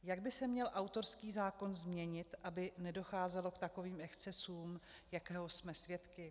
Jak by se měl autorský zákon změnit, aby nedocházelo k takovým excesům, jakého jsme svědky?